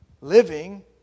living